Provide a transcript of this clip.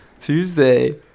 Tuesday